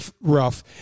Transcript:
rough